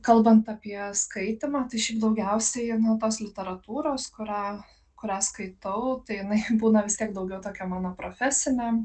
kalbant apie skaitymą tai šiaip daugiausiai na tos literatūros kurią kurią skaitau tai jinai būna vis tiek daugiau tokia mano profesinė